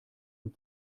und